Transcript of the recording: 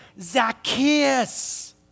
Zacchaeus